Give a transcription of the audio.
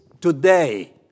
Today